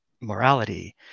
morality